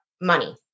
money